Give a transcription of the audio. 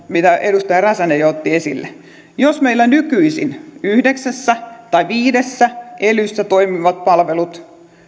mitä edustaja räsänen jo otti esille jos meillä nykyisin yhdeksässä tai viidessä elyssä toimivat palvelut